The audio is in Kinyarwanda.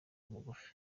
mugufi